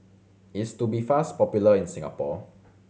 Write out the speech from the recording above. is Tubifast popular in Singapore